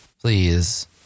Please